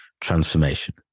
transformation